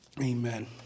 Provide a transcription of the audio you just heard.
Amen